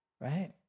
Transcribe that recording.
right